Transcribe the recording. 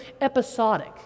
episodic